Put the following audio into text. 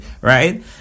right